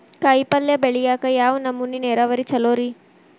ಕಾಯಿಪಲ್ಯ ಬೆಳಿಯಾಕ ಯಾವ್ ನಮೂನಿ ನೇರಾವರಿ ಛಲೋ ರಿ?